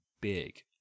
big